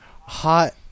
hot